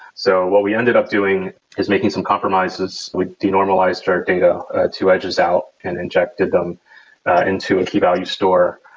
so what we ended up doing is making some compromises. we de-normalized our data ah to edges out and injected them into value store.